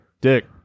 Dick